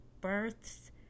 births